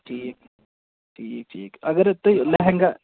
ٹھیٖک ٹھیٖک ٹھیٖک اگر تۅہہِ لیٚہنٛگا